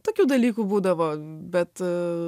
tokių dalykų būdavo bet